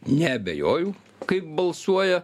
neabejoju kaip balsuoja